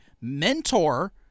mentor